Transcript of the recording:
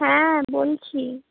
হ্যাঁ বলছি